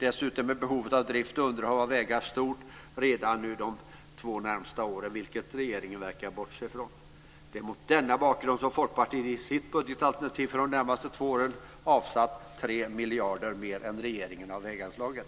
Dessutom är behovet av drift och underhåll av vägar stort redan nu under de två närmaste åren, vilket regeringen verkar bortse ifrån. Det är mot denna bakgrund som Folkpartiet i sitt budgetalternativ för de närmaste två åren har avsatt 3 miljarder kronor mer än regeringen till väganslaget.